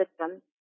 system